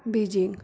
Beijing